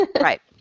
right